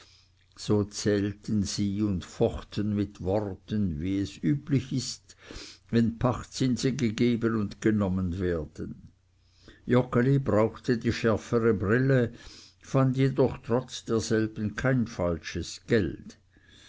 so zählten sie und fochten mit worten wie es üblich ist wenn pachtzinse gegeben und genommen werden joggeli brauchte die schärfere brille fand jedoch trotz derselben kein falsches geld